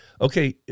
okay